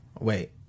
wait